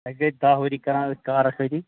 اَسہِ گٔے دہ ؤری کَران أتھۍ کارس سۭتی